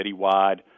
citywide